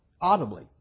audibly